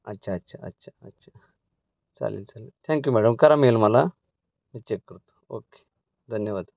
अच्छा अच्छा अच्छा अच्छा चालेल चालेल थँक्यू मॅडम करा मेल मला मी चेक करतो ओके धन्यवाद